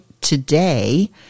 today